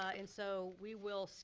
and so, we will